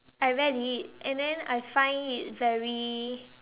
I read it and then I find it very